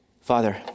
Father